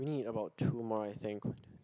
we need about two more I think